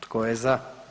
Tko je za?